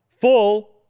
full